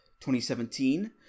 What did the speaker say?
2017